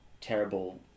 terrible